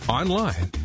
online